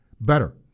better